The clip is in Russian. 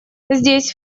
здесь